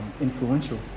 influential